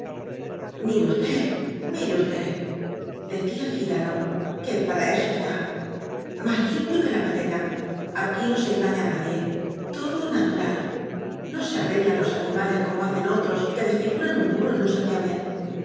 mire usted mire usteddecía el gitano que para eso está más limpio que la pa tena aquí no se engaña á nadie todo natu ral no se arreglan los animales como hacen otros que desfiguran un burro en un santiamén